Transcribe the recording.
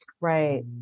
Right